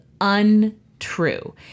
Untrue